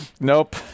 Nope